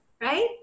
right